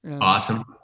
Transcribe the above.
Awesome